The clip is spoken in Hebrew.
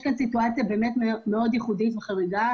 יש כאן סיטואציה מאוד ייחודית וחריגה,